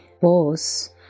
boss